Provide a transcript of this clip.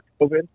COVID